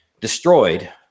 destroyed